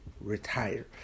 retire